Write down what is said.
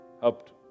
helped